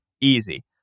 easy